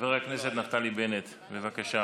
חבר הכנסת נפתלי בנט, בבקשה.